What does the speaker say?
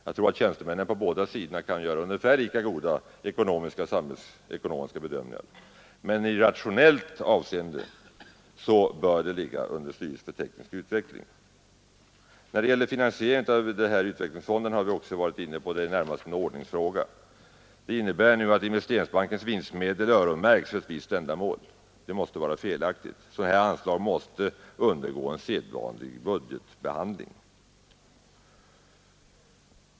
Jag tror att tjänstemännen på båda sidor kan göra ungefär lika goda ekonomiska och samhällsekonomiska bedömningar. Men av rationella skäl bör fonden ligga under styrelsen för teknisk utveckling. Finansieringen av utvecklingsfonden har vi också varit inne på. Det är närmast en ordningsfråga. Investeringsbankens vinstmedel öronmärks nu för ett visst ändamål. Det måste vara felaktigt. Sådana här anslag måste undergå sedvanlig budgetbehandling.